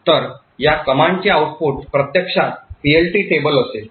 तर या command चे आउटपुट प्रत्यक्षात PLT टेबल असेल